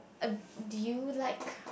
uh do you like